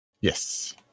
Yes